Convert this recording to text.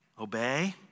Obey